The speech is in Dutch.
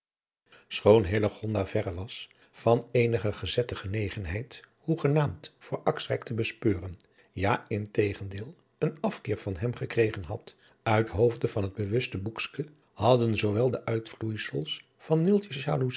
hillegonda verre was van eenige gezette genegenheid hoegenaamd voor akswijk te bespeuren ja in tegendeel een afkeer van hem gekregen had uit hoofde van het bewuste boekske hadden zoowel de uitvloeisels van